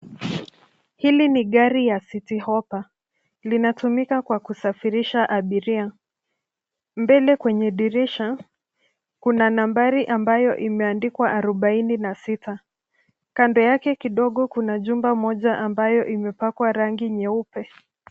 Hili ni gari ya City Hoppa linatumika kwa kusafirisha abiria. Kwenye dirisha kuna nambari ambayo imeandikwa arobaini na sita. Kando yake kidogo kuna jumba moja ambayo imepakwa rangi nyeupe.